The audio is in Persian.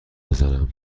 بزنم